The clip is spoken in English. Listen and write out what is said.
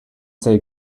say